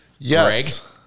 yes